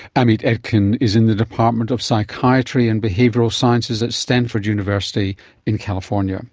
amit etkin is in the department of psychiatry and behavioural sciences at stanford university in california